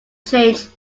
change